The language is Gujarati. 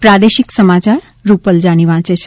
પ્રાદેશિક સમાચાર રૂપલ જાની વાંચે છે